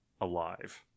alive